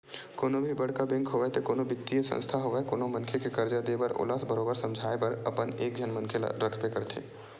कोनो भी बड़का बेंक होवय ते कोनो बित्तीय संस्था होवय कोनो मनखे के करजा देय बर ओला बरोबर समझाए बर अपन एक झन मनखे रखबे करथे